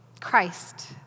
Christ